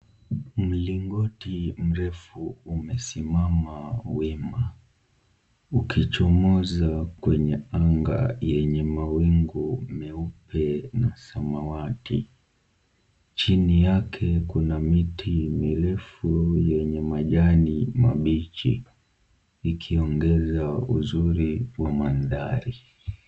Mlingoti mrefu umesimama wima, ukichomoza kwenye anga yenye mawingu meupe na samawati. Chini yake Kuna miti mirefu yenye majani mabichi ikiongeza uzuri wa mandhari.